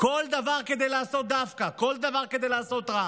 כל דבר כדי לעשות דווקא, כל דבר כדי לעשות רע.